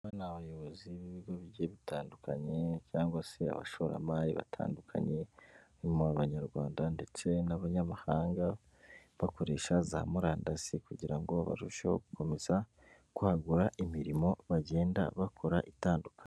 Aba n'abayobozi b'ibigo bigiye bitandukanye cyangwa se abashoramari batandukanye, harimo abanyarwanda ndetse n'abanyamahanga bakoresha za murandasi kugira ngo barusheho gukomeza kwagura imirimo bagenda bakora itandukanye.